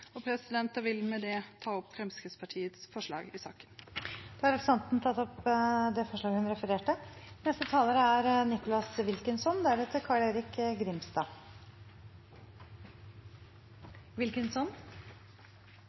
og jeg vil med det ta opp Fremskrittspartiets forslag i saken. Da har representanten Åshild Bruun-Gundersen tatt opp de forslagene hun refererte til. Landets viktigste forsvarsevne er